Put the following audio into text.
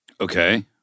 Okay